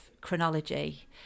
chronology